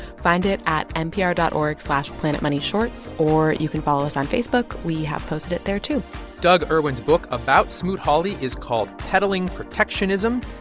find it at npr dot org slash planetmoneyshorts, or you can follow us on facebook. we have posted it there, too doug irwin's book about smoot-hawley is called peddling protectionism.